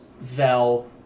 Vel